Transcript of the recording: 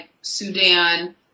Sudan